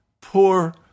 poor